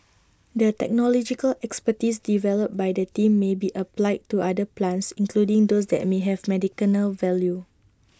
the technological expertise developed by the team may be applied to other plants including those that may have medicinal value